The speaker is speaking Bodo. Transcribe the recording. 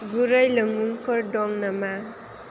गुरै लोंमुंफोर दं नामा